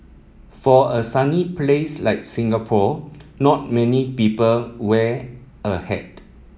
for a sunny place like Singapore not many people wear a hat